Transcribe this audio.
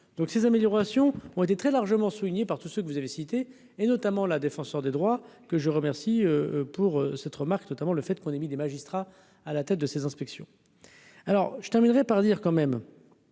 donc ces améliorations ont été très largement souligné par tout ce que vous avez cités et, notamment, la défenseure des droits que je remercie pour cette remarque notamment le fait qu'on ait mis des magistrats à la tête de ces inspections. Alors je terminerai par dire quand même